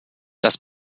das